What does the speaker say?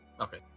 Okay